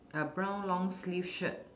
a brown long sleeve shirt